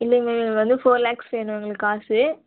இல்லைங்க எங்களுக்கு வந்து ஃபோர் லேக்ஸ் வேணும் எங்களுக்கு காசு